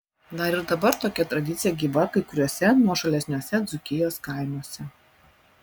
dar ir dabar tokia tradicija gyva kai kuriuose nuošalesniuose dzūkijos kaimuose